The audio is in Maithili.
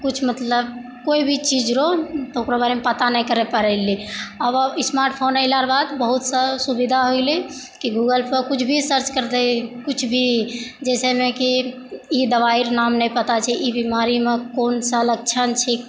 किछु मतलब कोइ भी चीज रहो तऽ ओकरा बारेमे पता नहि करै पड़ैले आब आओर स्मार्टफोन अयला रऽ बाद बहुत सा सुविधा होइले की गूगलपर कुछ भी सर्च कुछ भी जैसेमे की ई दवाइ आर नाम नहि पता छै ई बीमारीमे कोनसा लक्षण छै